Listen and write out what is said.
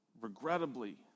regrettably